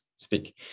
speak